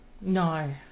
No